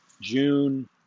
June